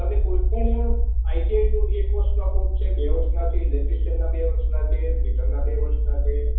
તમે કોઈ પણ આઈટીઆઈનું એક વર્ષના કોર્સ છે બે વર્ષના છે ઈલેક્ટ્રીશિયનનાં બે વર્ષના છે ફિટરનાં બે વર્ષના છે